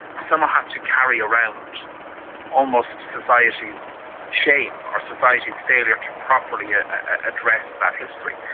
some have to carry around almost society's shame or society's failure to properly yeah address that history.